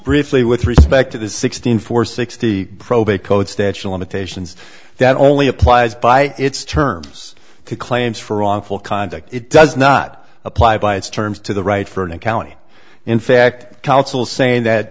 briefly with respect to the sixteen for sixty probate code statue limitations that only applies by its terms to claims for wrongful conduct it does not apply by its terms to the right for an accounting in fact counsel saying that